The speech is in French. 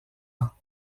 ans